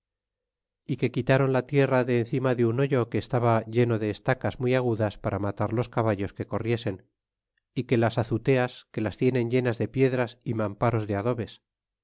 é que quitaron la tierra de encima de un hoyo que estaba lleno de estacas muy agudas para matar los caballos que corriesen e que las azuteas que las tienen llenas de piedras mamparos de adobes